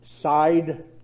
side